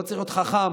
לא צריך להיות חכם,